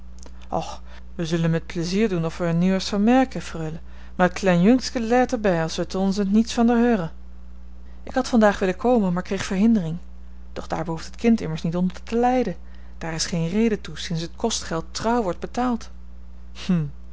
och we zullen met pleizier doen of we er nieuwers van merken freule maar het kleine jungske lijdt er bij als we te onzent niets van der heuren ik had vandaag willen komen maar kreeg verhindering doch daar behoeft het kind immers niet onder te lijden daar is geen reden toe sinds het kostgeld trouw wordt betaald